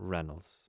Reynolds